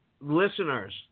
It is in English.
listeners